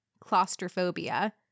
claustrophobia